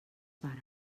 pares